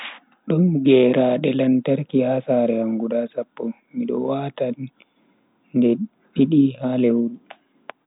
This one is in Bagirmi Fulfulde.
Don geraade lantarki ha sare am guda sappo, mido wata ne didi ha lewru